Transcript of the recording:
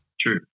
True